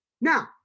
Now